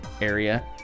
area